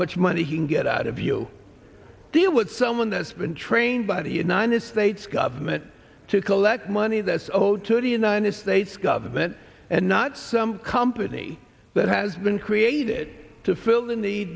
much money he can get out if you do what someone that's been trained by the united states government to collect money that's owed to the united states government and not some company that has been created to fill